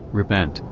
repent,